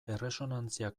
erresonantzia